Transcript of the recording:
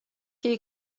jej